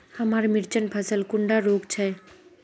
हमार मिर्चन फसल कुंडा रोग छै?